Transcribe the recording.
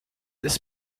this